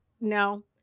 no